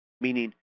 meaning